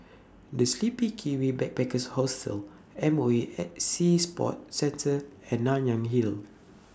The Sleepy Kiwi Backpackers Hostel M O E Sea Sports Centre and Nanyang Hill